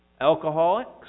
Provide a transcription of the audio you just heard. Alcoholics